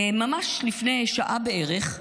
ממש לפני שעה בערך,